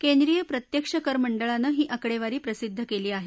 केंद्रीय प्रत्यक्ष कर मंडळानं ही आकडेवारी प्रसिद्ध केली आहे